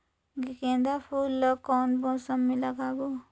गेंदा फूल ल कौन मौसम मे लगाबो?